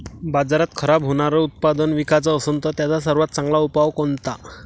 बाजारात खराब होनारं उत्पादन विकाच असन तर त्याचा सर्वात चांगला उपाव कोनता?